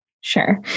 sure